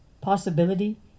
possibility